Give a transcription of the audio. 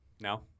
No